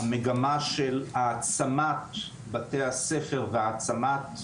המגמה של העצמת בתי הספר והעצמת השטח,